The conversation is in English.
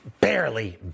barely